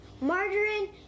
Margarine